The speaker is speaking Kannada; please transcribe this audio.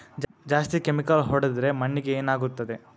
ಜಾಸ್ತಿ ಕೆಮಿಕಲ್ ಹೊಡೆದ್ರ ಮಣ್ಣಿಗೆ ಏನಾಗುತ್ತದೆ?